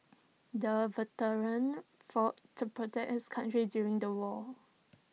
the veteran fought to protect his country during the war